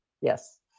Yes